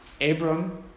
Abram